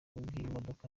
bw’imodoka